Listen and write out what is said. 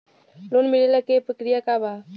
Loan मिलेला के प्रक्रिया का बा?